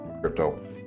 crypto